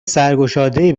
سرگشادهای